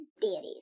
deities